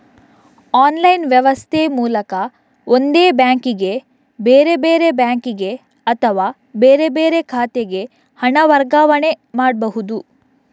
online ವ್ಯವಸ್ಥೆ ಮೂಲಕ ಒಂದೇ ಬ್ಯಾಂಕಿಗೆ, ಬೇರೆ ಬೇರೆ ಬ್ಯಾಂಕಿಗೆ ಅಥವಾ ಬೇರೆ ಬೇರೆ ಖಾತೆಗೆ ಹಣ ವರ್ಗಾವಣೆ ಮಾಡ್ಬಹುದು